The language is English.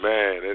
Man